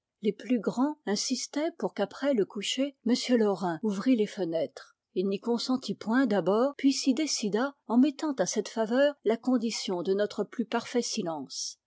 les plus grands insistaient pour qu'après le coucher m laurin ouvrît les fenêtres il n'y consentit point d'abord puis s'y décida en mettant à cette faveur la condition de notre plus parfait silence